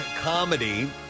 comedy